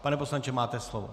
Pane poslanče, máte slovo.